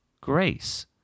grace